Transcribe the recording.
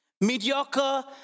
mediocre